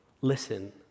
listen